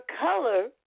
color